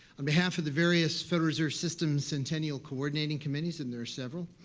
on behalf of the various federal reserve systems centennial coordination committees and there are several,